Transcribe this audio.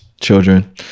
children